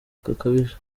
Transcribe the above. gakabije